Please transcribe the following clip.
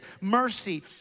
mercy